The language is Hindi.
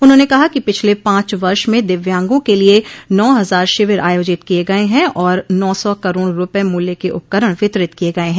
उन्होंने कहा कि पिछले पांच वर्ष में दिव्यांगों के लिए नौ हजार शिविर आयोजित किए गए हैं और नौ सौ करोड रुपये मूल्य के उपकरण वितरित किए गए हैं